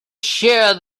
shear